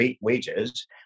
wages